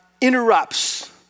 interrupts